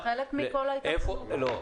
זה חלק מכל --- לא.